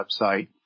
website